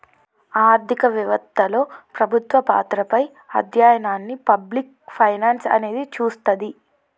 ఆర్థిక వెవత్తలో ప్రభుత్వ పాత్రపై అధ్యయనాన్ని పబ్లిక్ ఫైనాన్స్ అనేది చూస్తది